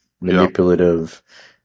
manipulative